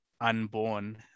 unborn